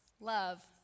love